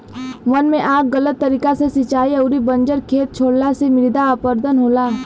वन में आग गलत तरीका से सिंचाई अउरी बंजर खेत छोड़ला से मृदा अपरदन होला